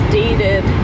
dated